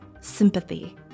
sympathy